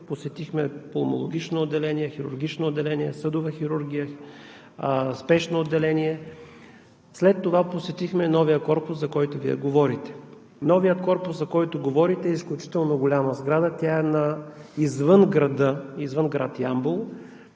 Посетихме пулмологично отделение, хирургично отделение, съдова хирургия, спешно отделение. След това посетихме новия корпус, за който Вие говорите. Новият корпус, за който говорите, е изключително голяма сграда, извън град Ямбол,